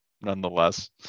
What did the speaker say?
nonetheless